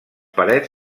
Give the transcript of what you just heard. parets